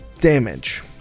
damage